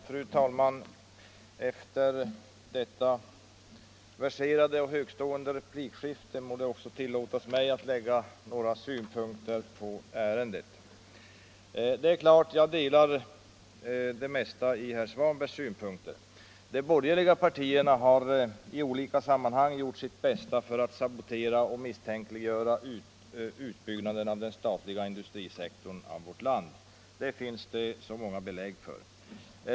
Fru talman! Efter detta verserade och högtstående replikskifte må det också tillåtas mig att lägga några synpunkter på ärendet. Det är klart att jag delar det mesta av herr Svanbergs synpunkter. De borgerliga partierna har i olika sammanhang gjort sitt bästa för att sabotera och misstänkliggöra utbyggnaden av den statliga industrisektorn i vårt land. Det finns det så många belägg för.